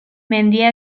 mendia